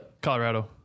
Colorado